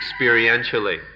experientially